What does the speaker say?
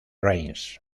reims